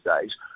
days